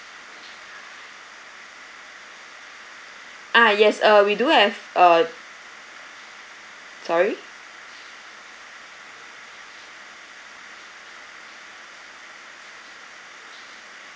ah yes uh we do have uh sorry